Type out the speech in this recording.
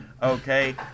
Okay